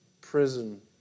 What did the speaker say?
prison